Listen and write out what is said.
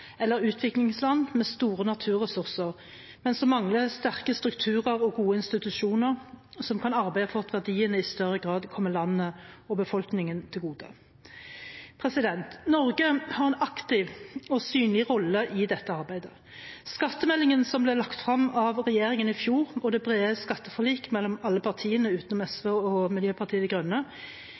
eller utviklingsland med store naturressurser, som mangler sterke strukturer og gode institusjoner som kan arbeide for at verdiene i større grad kommer landet og befolkningen til gode. Norge har en aktiv og synlig rolle i dette arbeidet. Skattemeldingen som ble lagt frem av regjeringen i fjor, og det brede skatteforliket mellom alle partiene, utenom SV og Miljøpartiet De Grønne,